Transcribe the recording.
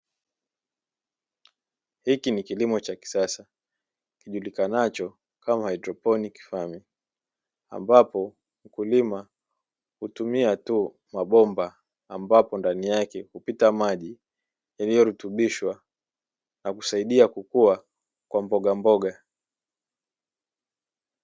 Hiki ni kilimo cha kisasa kijulikanacho kama haidroponi, ambapo mkulima hutumia tu mabomba ambayo ndani yake hupita maji yaliyo rutubishwa na kisaidia kukua kwa mbogamboga.